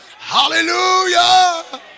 Hallelujah